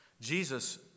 Jesus